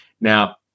Now